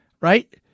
right